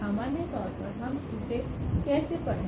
सामान्य तौर पर हम इसे कैसे पढे